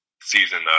season